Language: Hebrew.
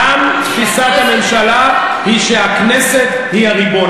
היא הריבון.